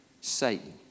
Satan